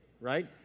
right